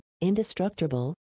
indestructible